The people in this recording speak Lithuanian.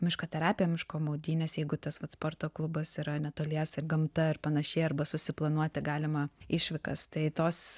miško terapiją miško maudynes jeigu tas vat sporto klubas yra netoliese gamta ir panašiai arba susiplanuoti galima išvykas tai tos